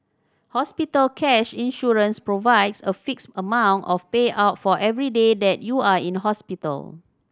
hospital cash insurance provides a fixed amount of payout for every day that you are in hospital